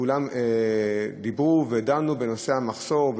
כולם דיברו ודנו בנושא המחסור,